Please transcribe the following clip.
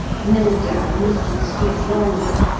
mill-dams stood longer,